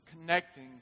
connecting